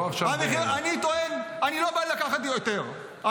אני לא בא לקחת יותר.